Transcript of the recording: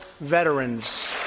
veterans